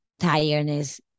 tiredness